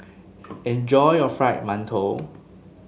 enjoy your Fried Mantou